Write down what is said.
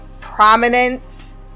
prominence